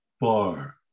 bar